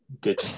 good